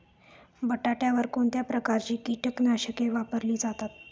बटाट्यावर कोणत्या प्रकारची कीटकनाशके वापरली जातात?